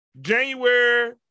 January